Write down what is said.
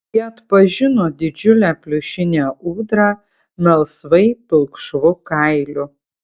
ji atpažino didžiulę pliušinę ūdrą melsvai pilkšvu kailiu